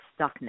stuckness